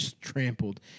trampled